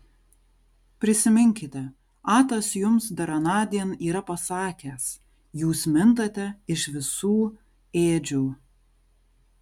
prisiminkite atas jums dar anądien yra pasakęs jūs mintate iš visų ėdžių